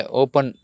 open